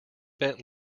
bent